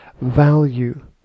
Value